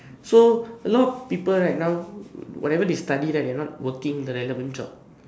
so a lot of people right now whatever they study right they are not working the relevant job